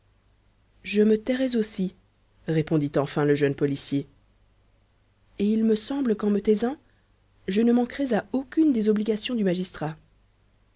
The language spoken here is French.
je me tairais aussi répondit enfin le jeune policier et il me semble qu'en me taisant je ne manquerais à aucune des obligations du magistrat